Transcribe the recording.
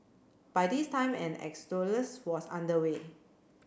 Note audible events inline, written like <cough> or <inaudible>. by this time an <unintelligible> was under way